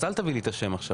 אז אל תביאי לי את השם עכשיו.